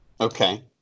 Okay